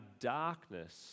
darkness